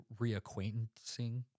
reacquainting